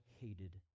hated